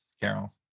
Carol